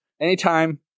Anytime